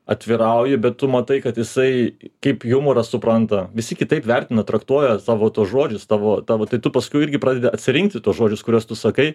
atvirauji bet tu matai kad jisai kaip jumorą supranta visi kitaip vertina traktuoja savo tuos žodžius tavo tavo tai tu paskui irgi pradedi atsirinkti tuos žodžius kuriuos tu sakai